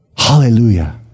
Hallelujah